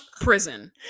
prison